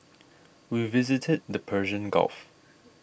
we visited the Persian Gulf